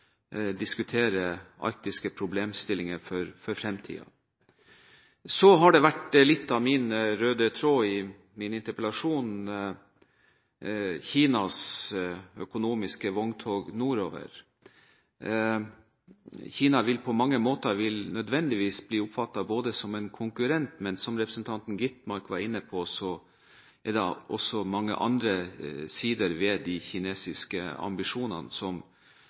diskutere arktiske problemstillinger for fremtiden. Litt av min røde tråd i interpellasjonen har vært Kinas økonomiske vogntog nordover. Kina vil på mange måter nødvendigvis bli oppfattet som en konkurrent, men som representanten Gitmark var inne på, så er det også mange andre sider ved de kinesiske ambisjonene som